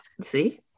See